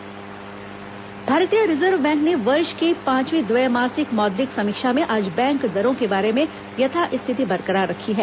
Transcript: reserve bank समीक्षा भारतीय reserve bank ने वर्ष की पांचवीं द्वैमासिक मौद्रिक समीक्षा में आज बैंक दरों के बारे में यथास्थिति बरकार रखी है